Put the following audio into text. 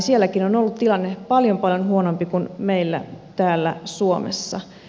sielläkin on ollut tilanne paljon paljon huonompi kuin meillä täällä suomessa